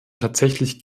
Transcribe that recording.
tatsächlich